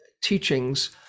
teachings